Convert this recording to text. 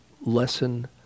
lesson